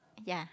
ya